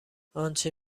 انچه